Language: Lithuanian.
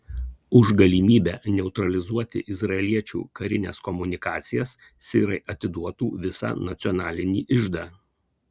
už galimybę neutralizuoti izraeliečių karines komunikacijas sirai atiduotų visą nacionalinį iždą